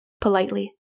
politely